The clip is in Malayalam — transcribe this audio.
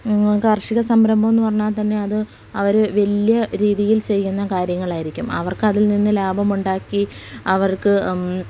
കാർഷിക സംരംഭം എന്ന് പറഞ്ഞാൽ തന്നെ അത് അവർ വലിയ രീതിയിൽ ചെയ്യുന്ന കാര്യങ്ങളായിരിക്കും അവർക്ക് അതിൽ നിന്ന് ലാഭം ഉണ്ടാക്കി അവർക്ക്